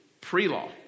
Pre-law